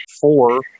four